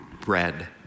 bread